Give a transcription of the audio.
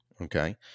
okay